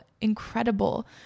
incredible